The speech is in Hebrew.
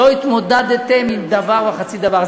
לא התמודדתם עם דבר וחצי דבר.